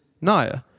Naya